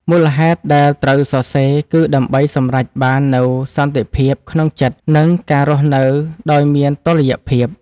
មូលហេតុដែលត្រូវសរសេរគឺដើម្បីសម្រេចបាននូវសន្តិភាពក្នុងចិត្ត និងការរស់នៅដោយមានតុល្យភាព។